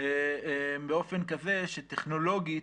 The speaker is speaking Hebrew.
באופן כזה שטכנולוגית